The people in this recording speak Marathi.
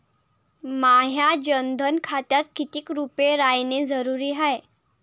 माह्या जनधन खात्यात कितीक रूपे रायने जरुरी हाय?